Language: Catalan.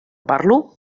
parlo